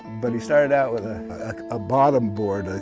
but he started out with a bottom board, and